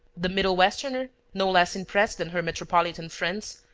the middle-westerner, no less impressed than her metropolitan friends,